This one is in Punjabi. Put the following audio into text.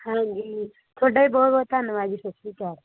ਹਾਂਜੀ ਤੁਹਾਡਾ ਵੀ ਬਹੁਤ ਬਹੁਤ ਧੰਨਵਾਦ ਜੀ ਸਤਿ ਸ਼੍ਰੀ ਅਕਾਲ